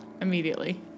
immediately